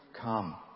come